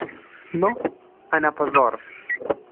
nu a ne pazoras